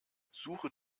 suche